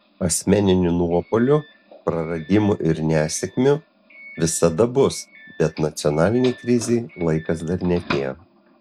asmeninių nuopuolių praradimų ir nesėkmių visada bus bet nacionalinei krizei laikas dar neatėjo